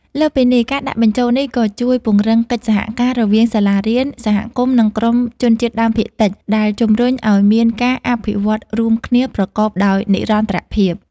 លើសពីនេះ ការដាក់បញ្ចូលនេះក៏ជួយពង្រឹងកិច្ចសហការរវាងសាលារៀន សហគមន៍ និងក្រុមជនជាតិដើមភាគតិច ដែលជំរុញឱ្យមានការអភិវឌ្ឍន៍រួមគ្នាប្រកបដោយនិរន្តរភាព។